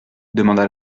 demanda